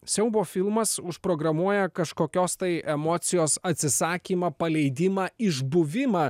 siaubo filmas užprogramuoja kažkokios tai emocijos atsisakymą paleidimą išbuvimą